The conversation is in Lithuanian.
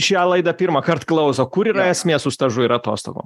šią laidą pirmąkart klauso kur yra esmė su stažu ir atostogom